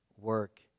work